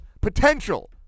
potential